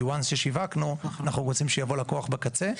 כי ברגע ששיווקנו אנחנו רוצים שיבוא לקוח בקצה,